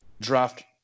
draft